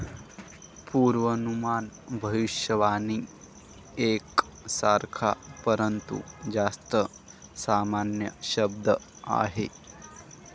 पूर्वानुमान भविष्यवाणी एक सारखा, परंतु जास्त सामान्य शब्द आहे